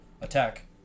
attack